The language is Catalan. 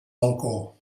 balcó